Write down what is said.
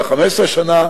אלא 15 שנה,